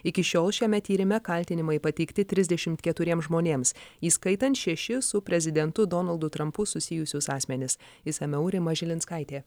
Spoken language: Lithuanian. iki šiol šiame tyrime kaltinimai pateikti trisdešimt keturiems žmonėms įskaitant šešis su prezidentu donaldu trampu susijusius asmenis išsamiau rima žilinskaitė